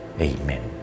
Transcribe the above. Amen